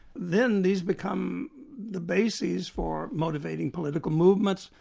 then these become the bases for motivating political movements,